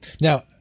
Now